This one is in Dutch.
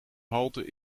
halte